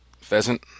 pheasant